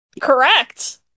Correct